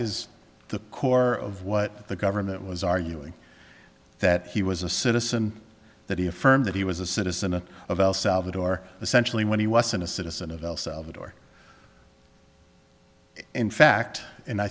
is the core of what the government was arguing that he was a citizen that he affirmed that he was a citizen of of el salvador essentially when he wasn't a citizen of el salvador in fact and i